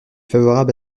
favorable